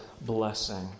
blessing